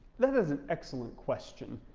that is an excellent question.